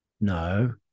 no